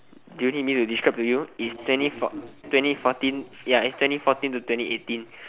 do you need me to describe to you in twenty fourteen to twenty eighteen